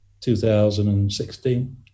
2016